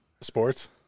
Sports